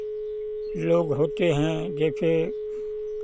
लोग होते हैं जैसे